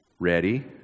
Ready